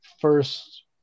first